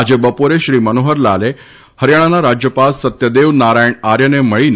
આજે બપોરે શ્રી મનોહરલાલ હરિયાણાના રાજ્યપાલ સત્યદેવ નારાયણ આર્યને મળ્યા હતા